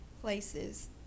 places